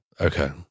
Okay